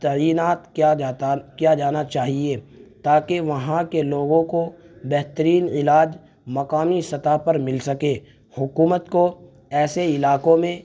تعینات کیا جاتا کیا جانا چاہیے تاکہ وہاں کے لوگوں کو بہترین علاج مقامی سطح پر مل سکے حکومت کو ایسے علاقوں میں